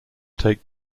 take